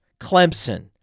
Clemson